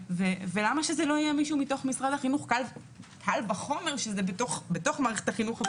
ולמה שזה לא יהיה מישהו ממשרד החינוך קל וחומר שזה בתוך מערכת החינוך,